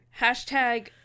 hashtag